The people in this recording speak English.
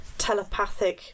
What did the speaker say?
telepathic